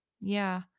Yeah